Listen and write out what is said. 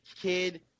kid